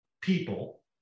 people